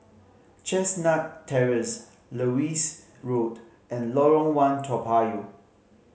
Chestnut Terrace Lewis Road and Lorong One Toa Payoh